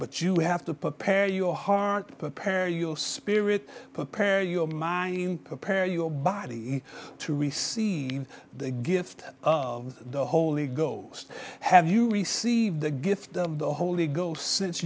but you have to prepare your heart prepare your spirit prepare your mind prepare your body to receive the gift of the holy ghost have you received the gift of the holy ghost since